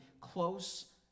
close